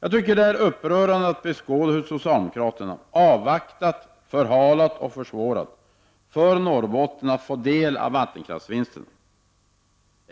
Det har varit upprörande att beskåda hur socialdemokraterna avvaktat och förhalat och hur de försvårat för Norrbotten att få del av vattenkraftsvinsterna.